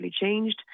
changed